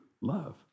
love